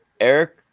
Eric